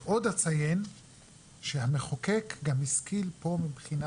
ועוד אציין שהמחוקק גם השכיל פה מהבחינה